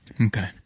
Okay